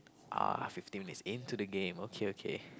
ah fifteen minutes into the game okay okay